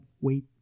wait